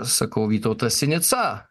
sakau vytautas sinica